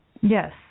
Yes